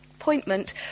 appointment